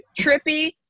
Trippy